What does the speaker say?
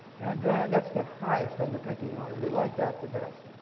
and yeah that's the highest on the pecking order. they like that the best.